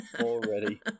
already